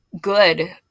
good